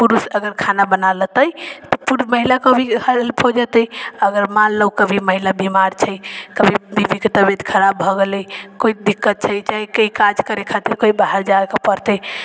पुरुष अगर खाना बना लेतै तऽ महिलाके भी हेल्प हो जेतै अगर मानिलऽ ओ कभी महिला बीमार छै तऽ बीवीके तबियत खराब भऽ गेलै कोइ दिक्कत छै चाहे कएक काज करै खातिर कभी बाहर जाइके पड़तै